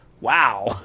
wow